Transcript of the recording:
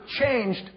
changed